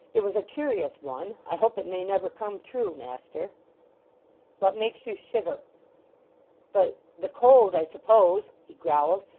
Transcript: it was a curious one. i hope it may never come true, master what makes you shiver the the cold, i suppose he growled,